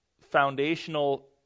foundational